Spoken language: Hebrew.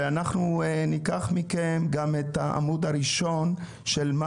אנחנו ניקח מכם גם את העמוד הראשון לגבי מה